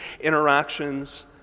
interactions